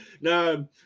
No